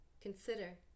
consider